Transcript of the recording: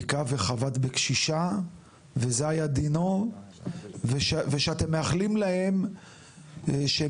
היכה וחבט בקשישה וזה היה דינו ושאתם מאחלים להם שהם